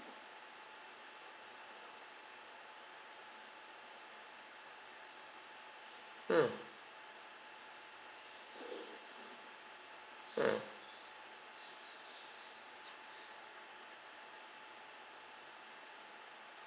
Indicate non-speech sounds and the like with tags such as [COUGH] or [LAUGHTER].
mm [BREATH] hmm